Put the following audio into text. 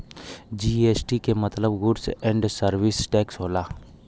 GST के मतलब goods and service tax होला